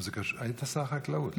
היית שר חקלאות.